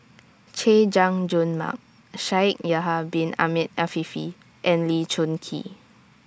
Chay Jung Jun Mark Shaikh Yahya Bin Ahmed Afifi and Lee Choon Kee